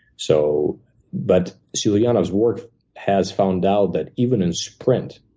so but sulianav's work has found out that even in sprint,